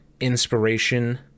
inspiration